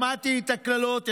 שמעתי את הקללות,